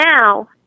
now